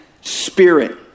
Spirit